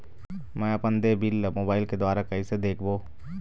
मैं अपन देय बिल ला मोबाइल के द्वारा कइसे देखबों?